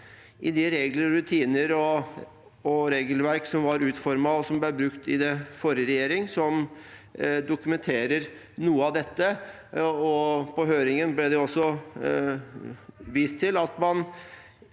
rutiner og regelverk som var utformet og ble brukt under forrige regjering, som dokumenterer noe av dette. På høringen ble det også vist til at man